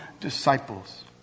disciples